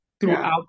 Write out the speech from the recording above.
throughout